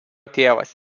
tėvas